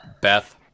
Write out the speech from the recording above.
Beth